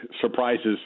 surprises